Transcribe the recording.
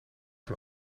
van